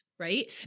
right